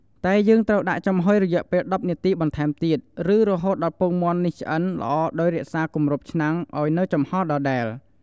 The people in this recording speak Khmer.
តែយើងត្រូវដាក់ចំហុយរយៈពេល១០នាទីបន្ថែមទៀត ឬរហូតដល់ពងមាន់នេះឆ្អិនល្អដោយរក្សាគម្របឆ្នាំងឲ្យនូវចំហរដដែល។